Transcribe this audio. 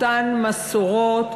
אותן מסורות,